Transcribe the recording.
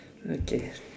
okay